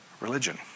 religion